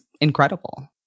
incredible